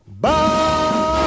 Bye